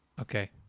Okay